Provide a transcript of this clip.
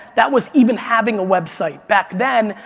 that was even having a website, back then,